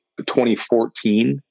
2014